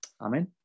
Amen